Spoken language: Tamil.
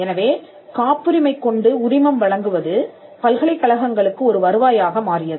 எனவே காப்புரிமை கொண்டு உரிமம் வழங்குவது பல்கலைக்கழகங்களுக்கு ஒரு வருவாயாக மாறியது